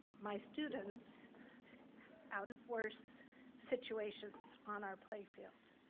my students out of worse situations. on our playfield